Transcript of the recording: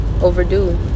overdue